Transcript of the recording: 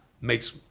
makes